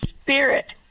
spirit